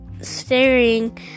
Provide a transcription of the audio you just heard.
staring